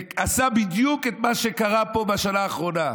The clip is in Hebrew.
ועשה בדיוק את מה שקרה פה בשנה האחרונה,